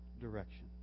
direction